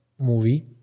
movie